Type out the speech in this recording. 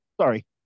sorry